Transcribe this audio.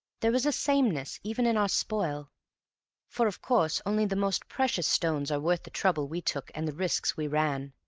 there was a sameness even in our spoil for, of course, only the most precious stones are worth the trouble we took and the risks we ran.